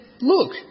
Look